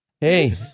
Hey